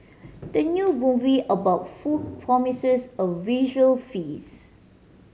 the new movie about food promises a visual feast